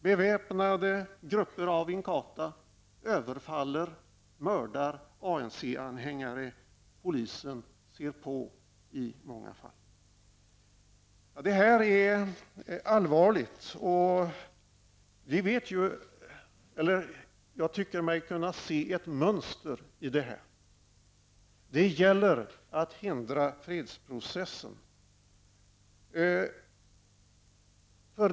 Beväpnade grupper av Inkatha överfaller och mördar ANC anhängare, medan polisen i många fall ser på. Det här är allvarligt, och jag tycker mig kunna se ett mönster i detta. Det gäller att hindra fredsprocessen.